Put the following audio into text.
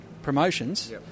promotions